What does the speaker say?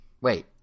wait